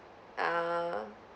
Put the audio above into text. uh